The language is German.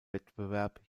wettbewerb